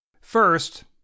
First